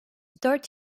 dört